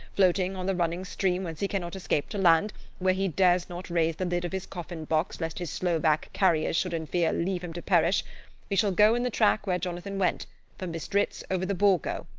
floating on the running stream whence he cannot escape to land where he dares not raise the lid of his coffin-box lest his slovak carriers should in fear leave him to perish we shall go in the track where jonathan went from bistritz over the borgo,